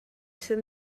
sydd